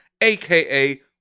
aka